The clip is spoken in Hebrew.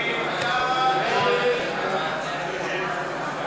נא להצביע.